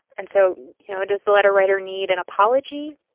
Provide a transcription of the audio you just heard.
and so you know does the letter writer need an apology.